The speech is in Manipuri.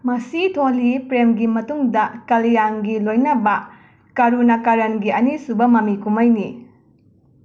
ꯃꯁꯤ ꯊꯣꯂꯤ ꯄ꯭ꯔꯦꯝꯒꯤ ꯃꯇꯨꯡꯗ ꯀꯂꯤꯌꯥꯡꯒꯤ ꯂꯣꯏꯅꯕ ꯀꯥꯔꯨꯅꯥꯀꯔꯟꯒꯤ ꯑꯅꯤ ꯁꯨꯕ ꯃꯃꯤ ꯀꯨꯝꯍꯩꯅꯤ